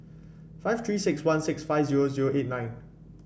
five Three six one six five zero zero eight nine